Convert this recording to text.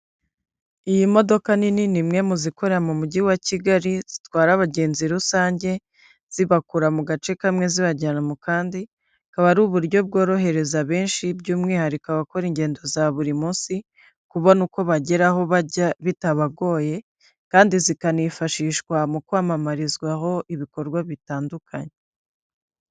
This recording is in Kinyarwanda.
Iyi modoka nini ni imwe mu zikorera mu Mujyi wa Kigali zitwara abagenzi rusange, zibakura mu gace kamwe zibajyana mu kandi, akaba ari uburyo bworohereza benshi by'umwihariko abakora ingendo za buri munsi, kubona uko bagera aho bajya bitabagoye, kandi zikanifashishwa mu kwamamarizwaho ibikorwa bitandukanye.